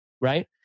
Right